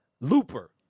Looper